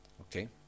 Okay